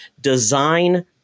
design